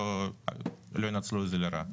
שלא ינצלו את זה לרעה.